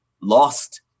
lost